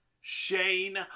Shane